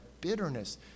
bitterness